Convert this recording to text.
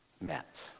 met